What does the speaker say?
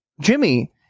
Jimmy